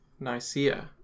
Nicaea